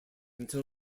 until